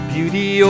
Beauty